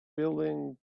blinding